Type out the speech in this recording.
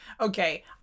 okay